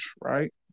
right